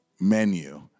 menu